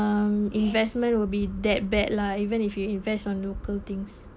um investment will be that bad lah even if you invest on local things